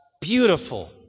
beautiful